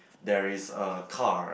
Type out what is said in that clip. there is a car